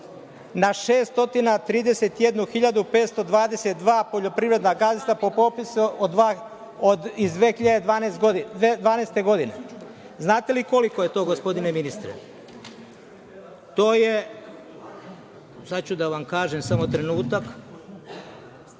na 631.522 poljoprivredna gazdinstva po popisu iz 2012. godine. Znate li koliko je to, gospodine ministre? To je, sad ću da vam kažem, samo trenutak.